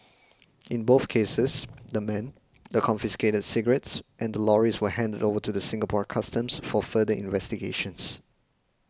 in both cases the men the confiscated cigarettes and the lorries were handed over to Singapore Customs for further investigations